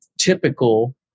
typical